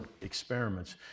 experiments